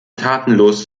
tatenlos